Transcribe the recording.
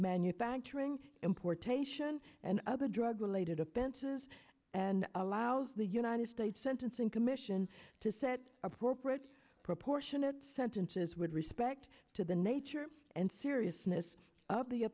manufacturing importation and other drug related offenses and allows the united states sentencing commission to set appropriate proportionate sentences with respect to the nature and seriousness of the